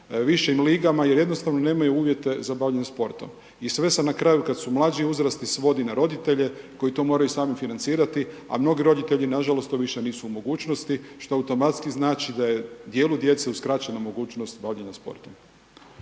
višim ligama jer jednostavno nemaju uvjete za bavljenje sportom. I sve se na kraju, kad su mlađi uzrasti, svodi na roditelje koji to moraju sami financirati, a mnogi roditelji to nažalost to više nisu u mogućnosti, što automatski znači da je dijelu djece uskraćena mogućnost bavljenja sportom.